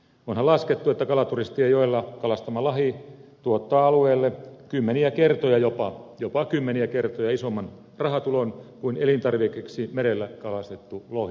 onhan laskettu että kalaturistien joella kalastama lohi tuottaa alueelle jopa kymmeniä kertoja isomman rahatulon kuin elintarvikkeeksi merellä kalastettu lohi